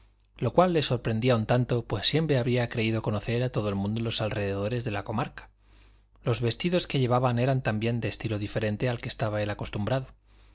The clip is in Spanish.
lo cual le sorprendía un tanto pues siempre había creído conocer a todo el mundo en los alrededores de la comarca los vestidos que llevaban eran también de estilo diferente al que estaba él acostumbrado